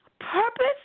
Purpose